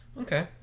Okay